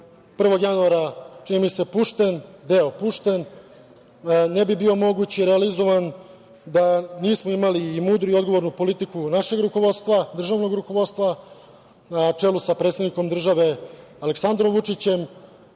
1. januara, čini mi se, pušten, delom pušten, ne bi bio moguć i realizovan da nismo imali i mudru i odgovornu politiku našeg rukovodstva, državnog rukovodstva, na čelu sa predsednikom države Aleksandrom Vučićem,